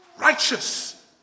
righteous